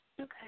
Okay